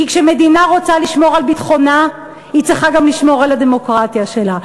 כי כשמדינה רוצה לשמור על ביטחונה היא צריכה גם לשמור על הדמוקרטיה שלה,